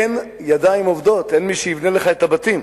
אין ידיים עובדות, אין מי שיבנה לך את הבתים.